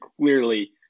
clearly